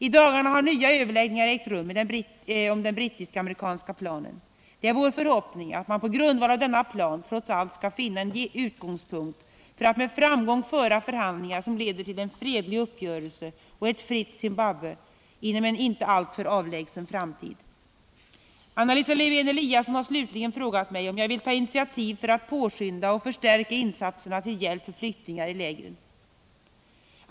I dagarna har nya överläggningar ägt rum om den brittisk-amerikanska planen. Det är vår förhoppning att man på grundval av denna plan trots allt skall finna en utgångspunkt för att med framgång föra förhandlingar som leder till en fredlig uppgörelse och ett fritt Zimbabwe inom en inte alltför avlägsen framtid. Anna Lisa Lewén-Eliasson har slutligen frågat mig om jag vill ta initiativ för att påskynda och förstärka insatserna till hjälp för flyktingar i lägren.